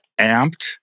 amped